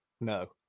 No